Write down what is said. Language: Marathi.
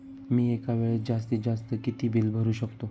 मी एका वेळेस जास्तीत जास्त किती बिल भरू शकतो?